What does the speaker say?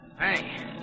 Hey